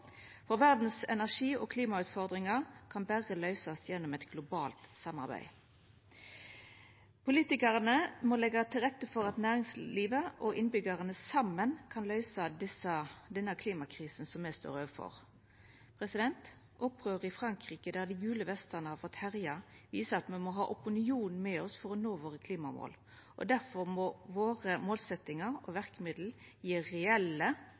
Energi- og klimautfordringane i verda kan berre løysast gjennom eit globalt samarbeid. Politikarane må leggja til rette for at næringslivet og innbyggjarane saman kan løysa denne klimakrisa som me står overfor. Opprøret i Frankrike, der dei gule vestane har fått herja, viser at me må ha opinionen med oss for å nå våre klimamål. Difor må våre målsetjingane og verkemidla våre vera reelle